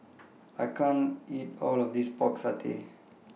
I can't eat All of This Pork Satay